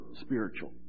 spiritual